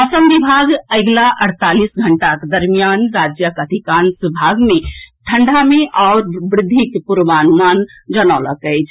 मौसम विभाग अगिला अड़तालीस घंटाक दरमियान राज्यक अधिकांश भाग मे ठंडा मे आओर वृद्धिक पूर्वानुमान जनौलक अछि